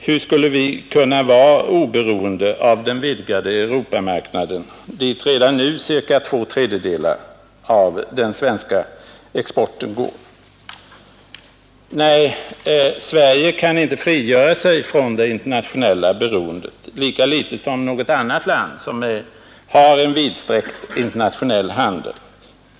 Hur skulle vi kunna vara oberoende av den vidgade Europamarknaden, dit redan nu cirka två tredjedelar av den svenska exporten går? Nej, Sverige kan inte frigöra sig från det internationella beroendet, lika litet som något annat land som har vidsträckt internationell handel.